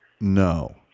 No